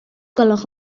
gwelwch